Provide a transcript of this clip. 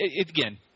again